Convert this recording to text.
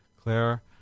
Claire